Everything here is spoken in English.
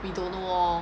we don't know lor